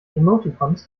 emoticons